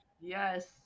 Yes